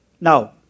Now